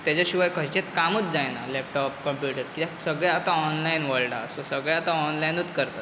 तेज्या शिवाय खंयचेंत कामूत जायना लॅपटॉप कंम्प्युटर कित्याक सगळें आतां ऑनलायन वर्ल्ड आहा सो सगळें आतां ऑनलायनूत करतात